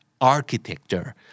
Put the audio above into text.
architecture